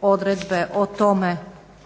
odredbe o tome